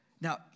Now